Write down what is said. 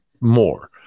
more